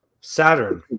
Saturn